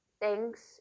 thanks